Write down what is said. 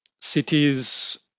cities